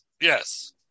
Yes